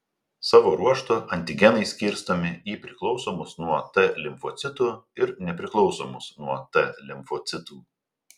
savo ruožtu antigenai skirstomi į priklausomus nuo t limfocitų ir nepriklausomus nuo t limfocitų